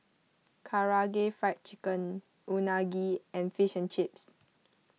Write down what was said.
Karaage Fried Chicken Unagi and Fish and Chips